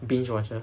binge watcher